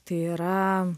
tai yra